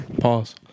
Pause